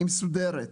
היא מסודרת.